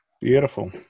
Beautiful